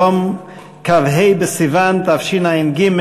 היום כ"ה בסיוון תשע"ג,